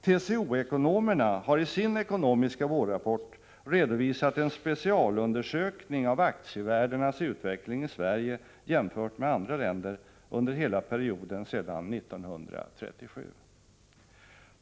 TCO-ekonomerna har i sin ekonomiska vårrapport redovisat en specialundersökning av aktievärdenas utveckling i Sverige jämfört med andra länder under hela perioden sedan 1937.